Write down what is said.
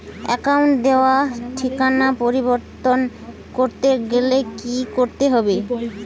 অ্যাকাউন্টে দেওয়া ঠিকানা পরিবর্তন করতে গেলে কি করতে হবে?